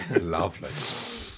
Lovely